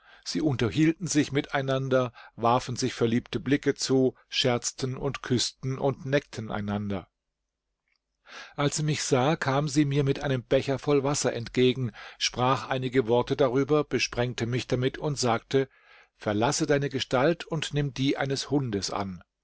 sie unterhielten sich miteinander warfen sich verliebte blicke zu scherzten und küßten und neckten einander als sie mich sah kam sie mir mit einem becher voll wasser entgegen sprach einige worte darüber besprengte mich damit und sagte verlasse deine gestalt und nimm die eines hundes an